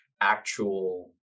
actual